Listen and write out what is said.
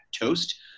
Toast